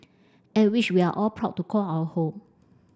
and which we are all proud to call our home